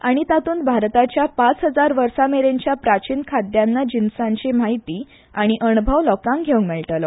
आनी तातूंत भारताच्या पांच हजार वर्सा मेरेनच्या प्राचाीन खाद्यान्न जिनसांची म्हायती आनी अणभव लोकांक घेवंक मेळटलो